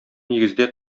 нигездә